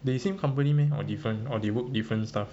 they same company meh or different or they work different stuff